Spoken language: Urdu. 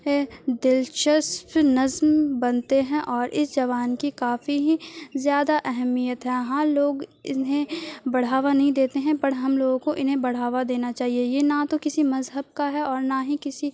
دلچسپ نظم بنتے ہیں اور اس زبان کی کافی ہی زیادہ اہمیت ہے ہاں لوگ انہیں بڑھاوا نہیں دیتے ہیں پر ہم لوگوں کو انہیں بڑھاوا دینا چاہیے یہ نہ تو کسی مذہب کا ہے اور نہ ہی کسی